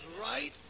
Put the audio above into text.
right